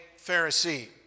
Pharisee